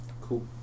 Cool